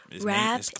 Rap